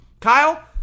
Kyle